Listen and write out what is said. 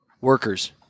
workers